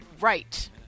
right